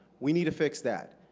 we need to fix that.